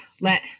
let